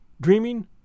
dreaming